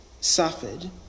suffered